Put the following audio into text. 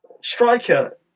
striker